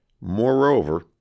Moreover